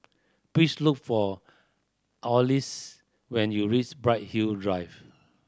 please look for Alyce when you reach Bright Hill Drive